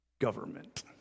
government